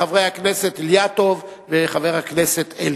חבר הכנסת אילטוב וחבר הכנסת אלקין.